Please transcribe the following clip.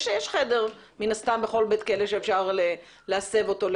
יש חדר מן הסתם בכל בית כלא שאפשר להסב אותו.